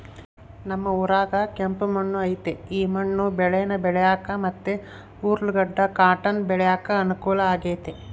ನಮ್ ಊರಾಗ ಕೆಂಪು ಮಣ್ಣು ಐತೆ ಈ ಮಣ್ಣು ಬೇಳೇನ ಬೆಳ್ಯಾಕ ಮತ್ತೆ ಉರ್ಲುಗಡ್ಡ ಕಾಟನ್ ಬೆಳ್ಯಾಕ ಅನುಕೂಲ ಆಗೆತೆ